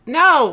no